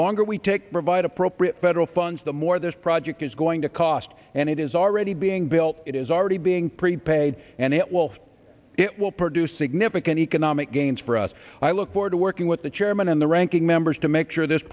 longer we take provide appropriate federal funds the more this project is going to cost and it is already being built it is already being prepaid and it will it will produce significant economic gains for us i look forward to working with the chairman and the ranking members to make sure this